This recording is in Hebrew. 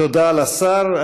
תודה לשר.